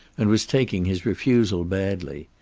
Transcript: and was taking his refusal badly.